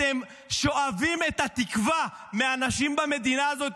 אתם שואבים את התקווה מאנשים במדינה הזאת.